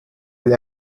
will